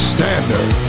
Standard